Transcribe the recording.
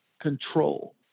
control